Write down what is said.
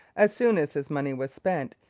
as soon as his money was spent,